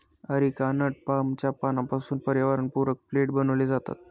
areca nut पामच्या पानांपासून पर्यावरणपूरक प्लेट बनविले जातात